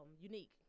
unique